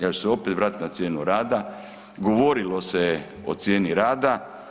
Ja ću se opet vratiti na cijenu rada, govorilo se o cijeni rada.